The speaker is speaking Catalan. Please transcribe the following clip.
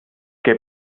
que